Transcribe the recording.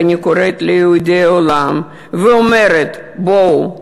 ואני קוראת ליהודי העולם ואומרת: בואו,